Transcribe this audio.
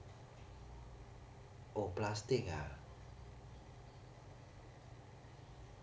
oh plastic ah